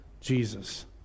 Jesus